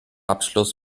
abschluss